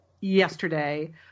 yesterday